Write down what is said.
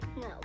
No